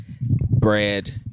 Bread